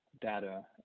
data